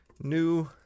New